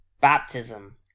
Baptism